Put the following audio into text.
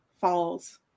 falls